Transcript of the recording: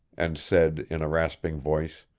and said in a rasping voice.